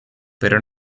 pero